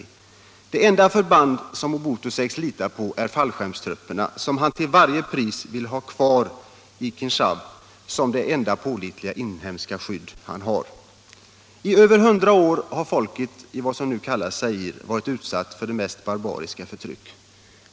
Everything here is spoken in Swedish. Det enda förband som Mobutu sägs lita på är fallskärmstrupperna, som han till varje pris vill ha kvar i Kinshasa som det enda pålitliga inhemska skydd han har. I över hundra år har folket i vad som nu kallas Zaire varit utsatt för det mest barbariska förtryck.